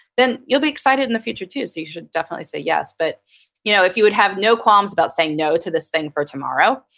then you'll be excited in the future too. so you should definitely say yes. but you know if you would have no qualms about saying no to this thing for tomorrow,